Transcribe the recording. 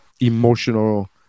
emotional